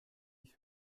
ich